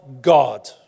God